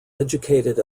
educated